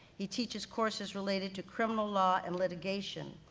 he teaches courses related to criminal law and litigation.